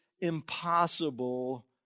impossible